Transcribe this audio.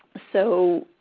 so,